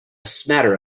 smatter